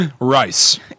Rice